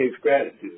gratitude